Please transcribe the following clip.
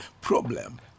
Problem